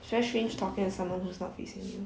it's very strange talking to someone who's not facing you